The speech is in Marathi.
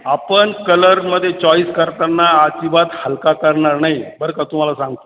आपण कलरमध्ये चॉईस करताना अजिबात हलका करणार नाही बर का तुम्हाला सांगतो